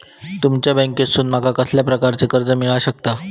तुमच्या बँकेसून माका कसल्या प्रकारचा कर्ज मिला शकता?